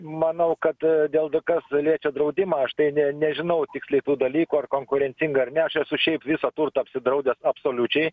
manau kad dėl kas liečia draudimą aš tai nežinau tiksliai tų dalykų ar konkurencinga ar ne aš esu šiaip visą turtą apsidraudęs absoliučiai